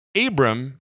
Abram